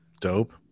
Dope